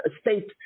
state